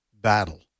battle